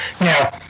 Now